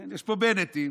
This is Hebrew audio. יש פה בנטים.